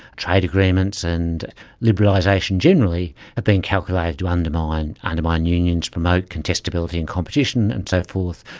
trade agreements and liberalisation generally, have been calculated to undermine undermine unions, promote contestability and competition and so forth.